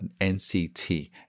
nct